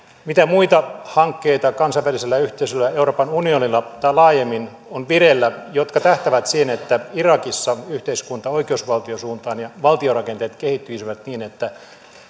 mitä muita sellaisia hankkeita kansainvälisellä yhteisöllä euroopan unionilla tai laajemmin on vireillä jotka tähtäävät siihen että irakissa yhteiskunta kehittyisi oikeusvaltion suuntaan ja valtiorakenteet kehittyisivät niin että